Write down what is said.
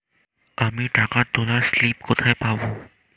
আমি টাকা তোলার স্লিপ কোথায় পাবো?